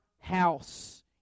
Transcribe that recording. house